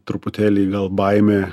truputėlį vėl baimė